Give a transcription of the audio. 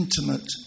intimate